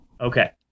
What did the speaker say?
Okay